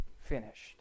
finished